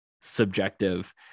subjective